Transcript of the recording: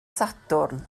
sadwrn